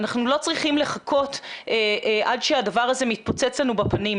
אנחנו לא צריכים לחכות עד שהדבר הזה מתפוצץ לנו בפנים,